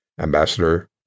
Ambassador